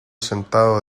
sentado